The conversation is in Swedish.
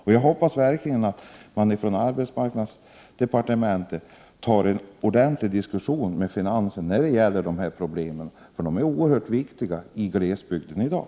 Jag hoppas verkligen att man från arbetsmarknadsdepartementet för en ordentlig diskussion med finansdepartementet om dessa problem, eftersom de är oerhört viktiga i glesbygden i dag.